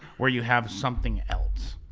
where you have something else.